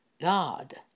God